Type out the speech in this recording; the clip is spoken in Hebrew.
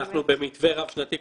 אנחנו במתווה רב שנתי.